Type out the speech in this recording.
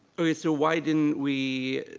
okay, so why didn't we,